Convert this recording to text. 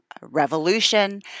revolution